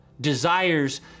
desires